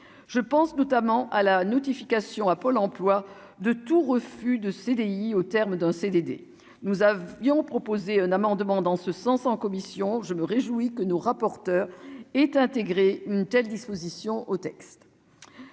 je pense notamment à la notification à Pôle Emploi de tout refus de CDI au terme d'un CDD, nous avions proposé un amendement dans ce sens en commission, je me réjouis que nos rapporteurs est intégré une telle disposition au texte.